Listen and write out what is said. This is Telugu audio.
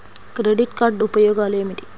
క్రెడిట్ కార్డ్ ఉపయోగాలు ఏమిటి?